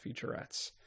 featurettes